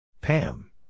Pam